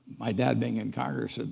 my dad being in congress, and